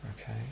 Okay